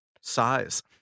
Size